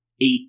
eight